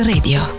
Radio